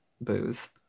booze